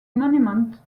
monument